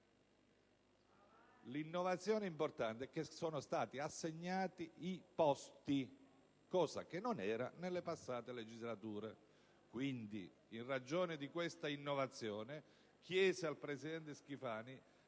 l'innovazione importante è che sono stati assegnati i posti, cosa che non era prevista nelle passate legislature. In ragione di tale innovazione, chiesi al Presidente Schifani,